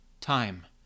Time